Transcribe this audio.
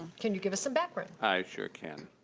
can you give us some background? i sure can.